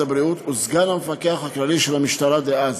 הבריאות וסגן המפקח הכללי של המשטרה דאז.